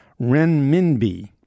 renminbi